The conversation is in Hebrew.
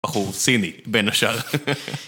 בחור סיני, בן השאר